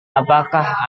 apakah